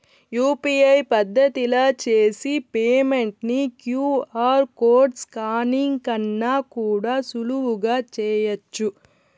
UPI పద్దతిల చేసి payment ని క్యూ.ఆర్ కోడ్ స్కానింగ్ కన్నా కూడా సులువుగా చేయచ్చు